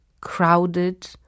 crowded